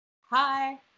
Hi